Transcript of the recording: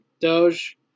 Doge